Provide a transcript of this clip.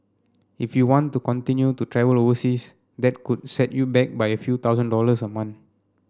if you want to continue to travel overseas that could set you back by a few thousand dollars a month